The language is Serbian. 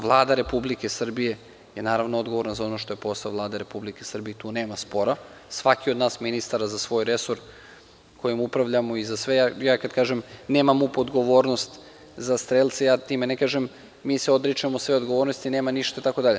Vlada Republike Srbije je naravno odgovorna za ono što je posao Vlade Republike Srbije i tu nema spora, svako od nas ministara za svoj resor kojim upravljamo i kada kažem – nema MUP odgovornost za strelce, time ne kažem – mi se odričemo sve odgovornosti i nema ništa itd.